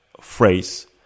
phrase